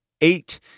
eight